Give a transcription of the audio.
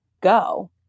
go